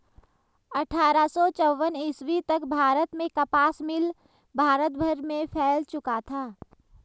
अट्ठारह सौ चौवन ईस्वी तक भारत में कपास मिल भारत भर में फैल चुका था